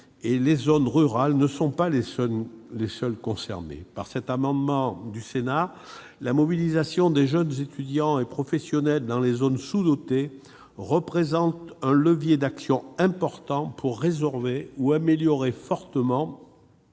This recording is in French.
et les zones rurales ne seront pas les seules concernées. Par cet amendement du Sénat, la mobilisation de jeunes étudiants et professionnels dans les zones sous-dotées représente un levier d'action important pour résorber ou améliorer fortement-